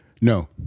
No